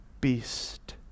beast